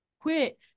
quit